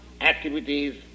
activities